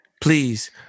Please